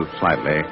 slightly